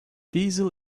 diesel